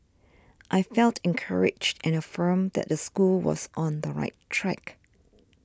I felt encouraged and affirmed that the school was on the right track